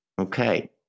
Okay